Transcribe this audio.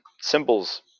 symbols